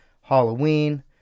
Halloween